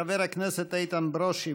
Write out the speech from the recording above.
חבר הכנסת איתן ברושי,